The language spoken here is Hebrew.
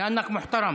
ליאנכ מוחתרם.